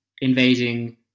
invading